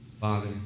Father